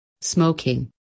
Smoking